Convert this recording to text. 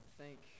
thank